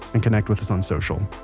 and connect with us on social!